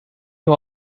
nur